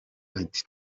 ati